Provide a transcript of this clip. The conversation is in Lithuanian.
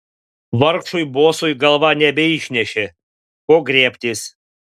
vargšui bosui galva nebeišnešė ko griebtis